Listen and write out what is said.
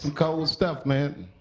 cold stuff, man.